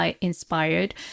inspired